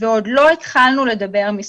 ועוד לא התחלנו לדבר על מספרים.